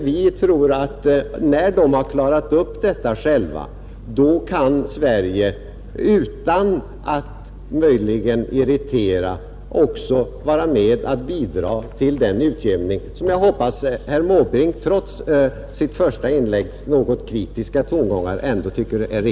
Vi tror att när de har gjort det kan —& maj 1971 Sverige, utan att irritera, också vara med om att bidraga till den